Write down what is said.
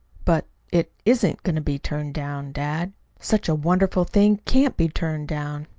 but it isn't going to be turned down, dad. such a wonderful thing can't be turned down.